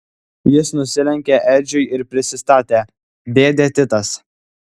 jis nusilenkė edžiui ir prisistatė dėdė titas